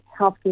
healthcare